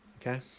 Okay